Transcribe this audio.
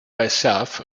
myself